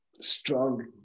strong